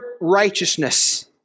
righteousness